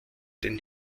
den